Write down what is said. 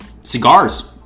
cigars